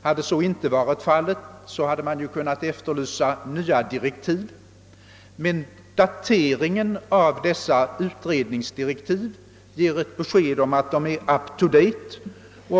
Hade så inte varit fallet, hade man kunnat efterlysa nya direktiv, men dateringen av utredningsdirektiven ger besked om att de är up to date.